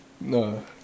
No